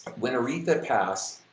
when aretha passed,